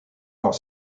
are